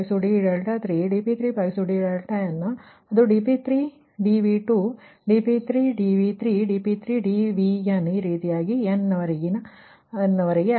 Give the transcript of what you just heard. ಅದೇ ರೀತಿ ಇಲ್ಲಿ dP3 dV2 dP3 dV3 dP3 dVn ಈ ರೀತಿಯಾಗಿ n ನೇ ಅವಧಿವರೆಗೆ